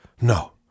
No